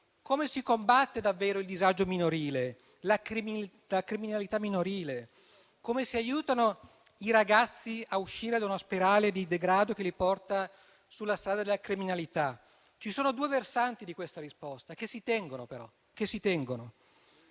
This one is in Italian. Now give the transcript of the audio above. come si combatte davvero il disagio e la criminalità minorile; come si aiutano i ragazzi a uscire da una spirale di degrado che li porta sulla strada della criminalità. Ci sono due versanti della risposta, che però si tengono: